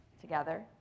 together